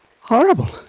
Horrible